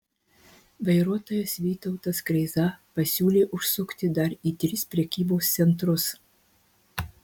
vairuotojas vytautas kreiza pasiūlė užsukti dar į tris prekybos centrus